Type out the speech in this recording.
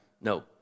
No